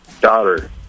daughter